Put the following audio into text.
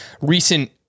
recent